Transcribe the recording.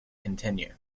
continue